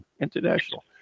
International